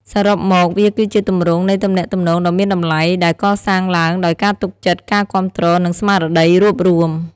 សរុបមក វាគឺជាទម្រង់នៃទំនាក់ទំនងដ៏មានតម្លៃដែលកសាងឡើងដោយការទុកចិត្ត ការគាំទ្រ និងស្មារតីរួបរួម។